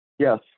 Yes